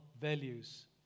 values